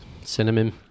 Cinnamon